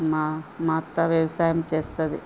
మా మా అత్త వ్యవసాయం చేస్తుంది